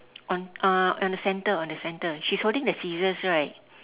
on uh on the center on the center she's holding the scissors right